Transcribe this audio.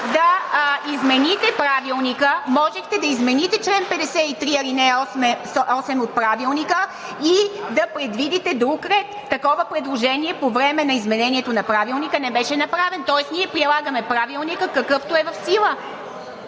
да измените Правилника, можехте да измените чл. 53, ал. 8 от него и да предвидите друг ред. Такова предложение по време на изменението на Правилника не беше направено, тоест ние прилагаме Правилника, какъвто е в сила.